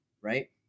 right